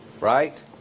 right